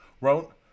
wrote